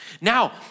Now